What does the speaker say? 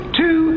two